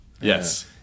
Yes